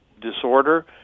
disorder